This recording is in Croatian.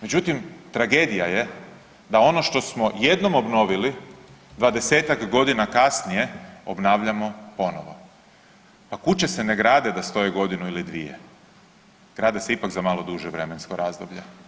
Međutim, tragedija je da ono što smo jednom obnovili 20-tak godina kasnije obnavljamo ponovo, a kuće se ne grade da stoje godinu ili dvije, grade se ipak za malo duže vremensko razdoblje.